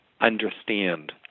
understand